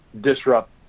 disrupt